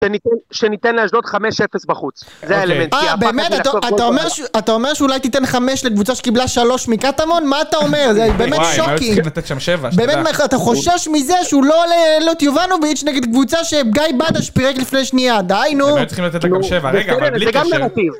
שניתן, שניתן לאשדוד 5-0 בחוץ, זה האלמנציה, הפחד לעשות גול בחוץ. - אה באמת אתה אומר שאולי תיתן 5 לקבוצה שקיבלה 3 מקטמון מה אתה אומר? זה באמת שוקינג. - וואי, היו צריכים לתת שם 7, שתדע - באמת אתה חושש מזה שהוא לא, אין לו את יוננוביץ' נגד קבוצה שגיא בדש פירק לפני שנייה, די נו. - הם היו צריכים לתת לה גם 7 רגע אבל בלי קשר - זה גם נרטיב